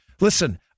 Listen